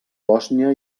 bòsnia